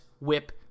whip